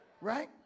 Right